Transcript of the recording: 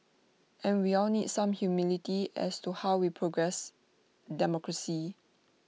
and we all need some humility as to how we progress democracy